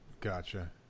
gotcha